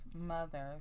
mothers